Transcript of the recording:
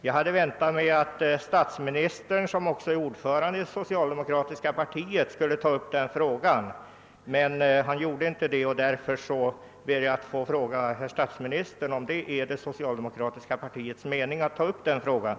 Jag hade väntat mig att statsministern, som ju är ordförande i socialdemokratiska partiet, skulle besvara frågan, men han gjorde inte det, och därför ber jag att direkt få fråga herr statsministern, om det är det socialdemokratiska partiets avsikt att ta upp saken.